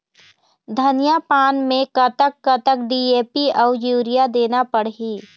धनिया पान मे कतक कतक डी.ए.पी अऊ यूरिया देना पड़ही?